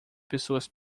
pessoas